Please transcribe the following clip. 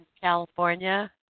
California